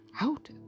out